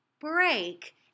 break